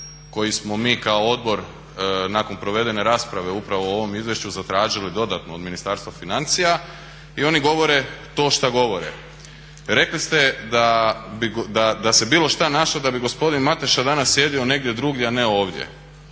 koji smo mi kao odbor nakon provedene rasprave upravo o ovom izvješću zatražili dodatno od Ministarstva financija i oni govore to što govore. Rekli ste da se bilo što našlo da bi gospodin Mateša danas sjedio negdje drugdje, a ne ovdje.